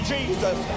Jesus